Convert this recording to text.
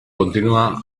continua